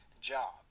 job